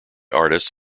artists